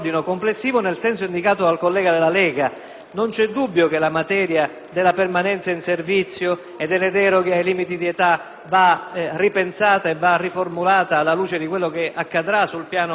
Non c'è dubbio che la materia della permanenza in servizio e delle deroghe ai limiti d'età va ripensata e riformulata alla luce di quanto accadrà sul piano pensionistico,